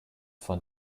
von